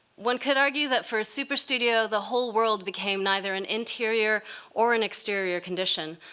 one could argue that for superstudio, the whole world became neither an interior or an exterior condition,